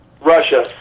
Russia